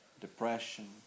depression